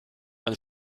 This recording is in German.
ein